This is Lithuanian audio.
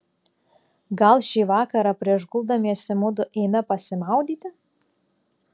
gal šį vakarą prieš guldamiesi mudu eime pasimaudyti